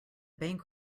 bank